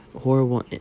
horrible